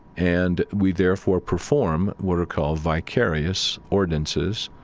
and we therefore perform what are called vicarious ordinances,